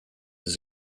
his